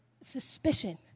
suspicion